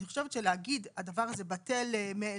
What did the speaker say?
אני חושבת שלהגיד הדבר הזה בטל מאליו,